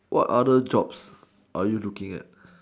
what other jobs are you looking at